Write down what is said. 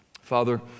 Father